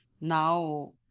now